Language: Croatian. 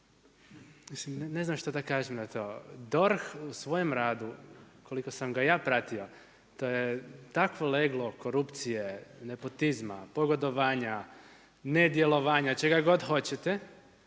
ne znam šta da kažem na to, DORH u svojem radu, koliko sam ga ja pratio to je takvo leglo korupcije, nepotizma, pogodovanja, nedjelovanja, čega god hoćete.